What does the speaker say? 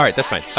um that's fine.